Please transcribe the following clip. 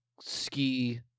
ski